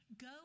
Go